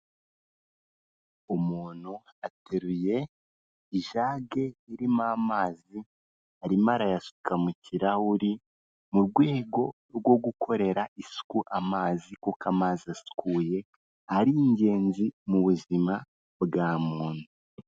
Umuntu ateruye ijage irimo amazi, arimo arayasuka mu kirahuri, mu rwego rwo gukorera isuku amazi, kuko amazi asukuye ari ingenzi mu buzima bwa muntu.